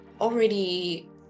already